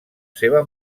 seva